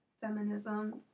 feminism